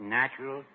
natural